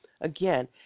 Again